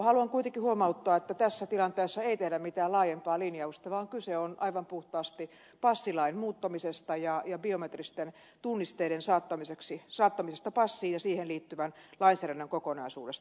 haluan kuitenkin huomauttaa että tässä tilanteessa ei tehdä mitään laajempaa linjausta vaan kyse on aivan puhtaasti passilain muuttamisesta ja biometristen tunnisteiden saattamisesta passiin ja siihen liittyvän lainsäädännön kokonaisuudesta